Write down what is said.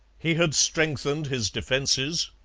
he had strengthened his defences,